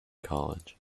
college